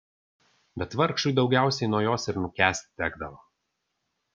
bet vargšui daugiausiai nuo jos ir nukęsti tekdavo